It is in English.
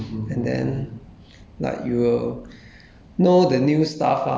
because you are you will have to get in touch with different people and then